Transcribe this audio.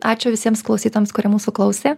ačiū visiems klausytojams kurie mūsų klausė